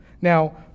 Now